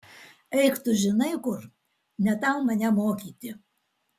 eik tu žinai kur ne tau mane mokyti